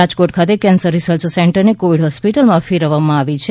રાજકોટ ખાતે cancer research સેન્ટરને Covid હોસ્પીટલમાં ફેરવવામાં આવી છે